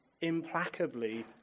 implacably